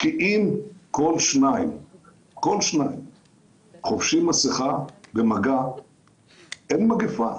כי אם כול שניים חובשים מסכה במגע אין מגפה,